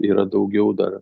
yra daugiau dar